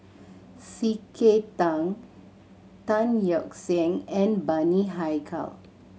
C K Tang Tan Yeok Seong and Bani Haykal